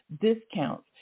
discounts